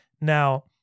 Now